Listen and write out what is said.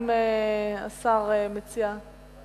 אתה